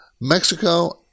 Mexico